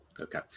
Okay